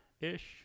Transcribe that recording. ish